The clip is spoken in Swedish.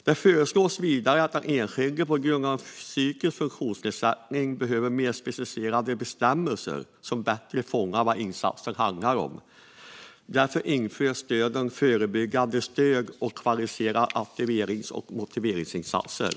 Det föreslås vidare att det för den enskilde som behöver stöd på grund av en psykisk funktionsnedsättning behövs mer specificerade bestämmelser som bättre fångar vad insatsen handlar om. Därför införs stöden förebyggande stöd och kvalificerade aktiverings och motiveringsinsatser.